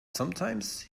sometimes